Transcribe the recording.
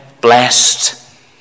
blessed